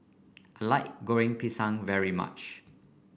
I like Goreng Pisang very much